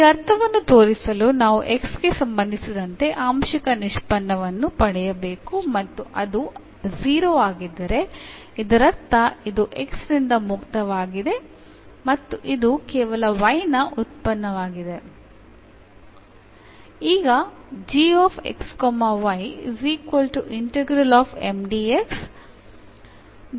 ಈ ಅರ್ಥವನ್ನು ತೋರಿಸಲು ನಾವು x ಗೆ ಸಂಬಂಧಿಸಿದಂತೆ ಆಂಶಿಕ ನಿಷ್ಪನ್ನವನ್ನು ಪಡೆಯಬೇಕು ಮತ್ತು ಅದು 0 ಆಗಿದ್ದರೆ ಇದರರ್ಥ ಇದು x ನಿಂದ ಮುಕ್ತವಾಗಿದೆ ಮತ್ತು ಇದು ಕೇವಲ y ನ ಉತ್ಪನ್ನವಾಗಿದೆ